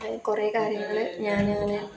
കുറേ കാര്യങ്ങൾ ഞാനങ്ങനെ